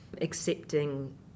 accepting